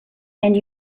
and